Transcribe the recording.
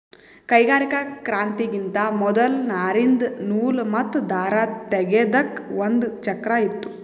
ಕೈಗಾರಿಕಾ ಕ್ರಾಂತಿಗಿಂತಾ ಮೊದಲ್ ನಾರಿಂದ್ ನೂಲ್ ಮತ್ತ್ ದಾರ ತೇಗೆದಕ್ ಒಂದ್ ಚಕ್ರಾ ಇತ್ತು